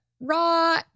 raw